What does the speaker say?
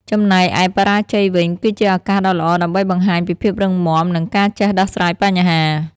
ចំណែកឯបរាជ័យវិញ គឺជាឱកាសដ៏ល្អដើម្បីបង្ហាញពីភាពរឹងមាំ និងការចេះដោះស្រាយបញ្ហា។